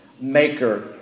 maker